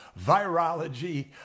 virology